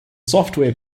software